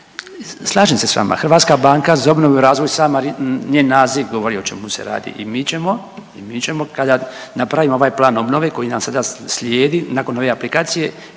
Slažem se s vama, HBOR sam njen naziv govori o čemu se radi i mi ćemo i mi ćemo kada napravimo ovaj plan obnove koji nam sada slijedi nakon ove aplikacije